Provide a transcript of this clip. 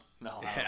No